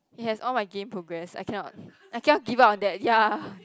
it has all of my game progress I cannot I cannot give up on that ya